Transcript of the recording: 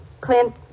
Clint